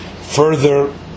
further